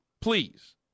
please